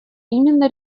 именно